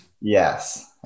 Yes